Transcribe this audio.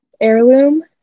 heirloom